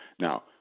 Now